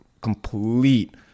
complete